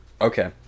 Okay